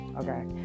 okay